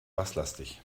basslastig